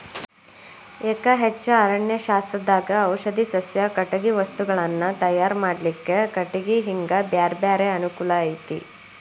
ಎಕಹಚ್ಚೆ ಅರಣ್ಯಶಾಸ್ತ್ರದಾಗ ಔಷಧಿ ಸಸ್ಯ, ಕಟಗಿ ವಸ್ತುಗಳನ್ನ ತಯಾರ್ ಮಾಡ್ಲಿಕ್ಕೆ ಕಟಿಗಿ ಹಿಂಗ ಬ್ಯಾರ್ಬ್ಯಾರೇ ಅನುಕೂಲ ಐತಿ